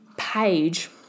Page